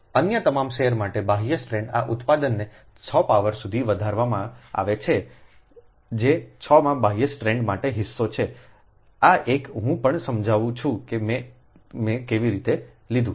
અન્ય તમામ સેર માટે બાહ્ય સ્ટ્રાન્ડ આ ઉત્પાદને 6 પાવર સુધી વધારવામાં આવે છે જે 6 માં બાહ્ય સ્ટ્રાન્ડ માટેનો હિસ્સો છે આ એક હું પણ સમજાવું છું કે મેં કેવી રીતે લીધો